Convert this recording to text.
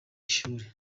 ishuri